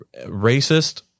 racist